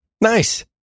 Nice